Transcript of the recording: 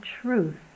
truth